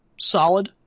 solid